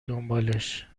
دنبالش